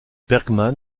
bergmann